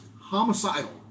homicidal